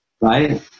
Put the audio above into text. right